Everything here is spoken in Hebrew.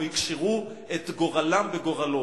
או יקשרו את גורלם בגורלו.